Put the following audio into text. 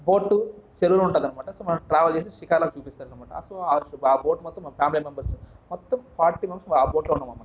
boat లో ఉంటదనమాట so మనం ట్రావెల్ చేసి షికార్లు అవి చూపిస్తారు అనమాట సో ఆ బోటు మొత్తం మా ఫ్యామిలీ మెంబర్సే మొత్తం ఫార్టీ మెంబర్స్ ఆ బోట్లోనే ఉన్నామనమాట